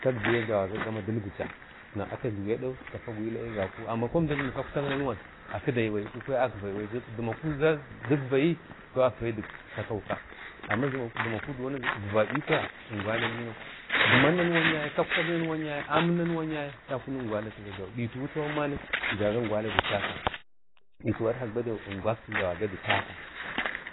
﻿kak diya jlabaga dilbicha na ata jliwe dawu tapi agiwla ko əmda jlimik kauktak nanwan akvayi baiko akidi bai dimu za igvu-dikvayi akvayi dik sakoka amma dimu ikvabikwaya ingwali linau diman nanwan yaye kaktauk nanwan yaye amun nanwan yaye atakunik ingwala atu gajlawak dita tawan mani zaga ingwala da chaka ditau adkak badai ingwaksi zaga da chaka,